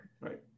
Right